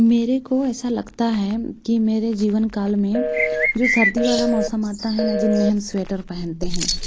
मेरे को ऐसा लगता है कि मेरे जीवन काल में जो सर्दी वाला मौसम आता है जिनमें हम स्वेचर पहनते हैं